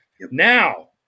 Now